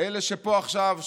אלה שפה עכשיו,